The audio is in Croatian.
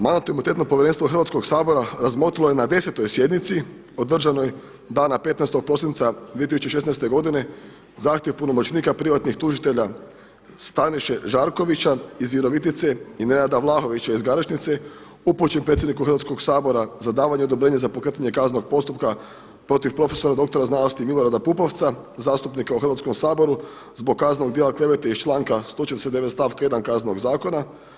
Mandatno-imunitetno povjerenstvo Hrvatskog sabora razmotrilo je na 10. sjednici održanoj dana 15. prosinca 2016. godine zahtjev punomoćnika privatnih tužitelja Staniše Žarkovića iz Virovitice i Nenada Vlahovića iz Garešnice upućen predsjedniku Hrvatskog sabora za davanje odobrenja za pokretanje kaznenog postupka protiv profesora doktora znanosti Milorada Pupovca, zastupnika u Hrvatskom saboru zbog kaznenog djela klevete iz članka 149. stavka 1. Kaznenog zakona.